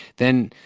then.